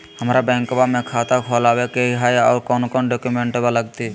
हमरा बैंकवा मे खाता खोलाबे के हई कौन कौन डॉक्यूमेंटवा लगती?